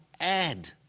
add